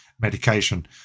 medication